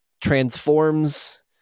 transforms